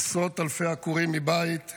עשרות אלפי עקורים מבית,